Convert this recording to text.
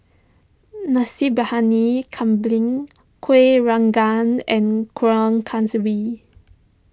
Nasi Briyani Kambing Kuih Rengas and Kuih Kaswi